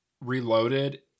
reloaded